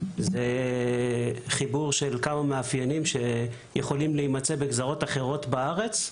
זה חיבור של כמה מאפיינים שיכולים להימצא בגזרות אחרות בארץ,